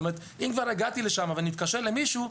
אם כבר הגעתי לשם ואני מתקשר למישהו,